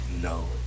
No